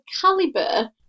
caliber